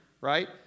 right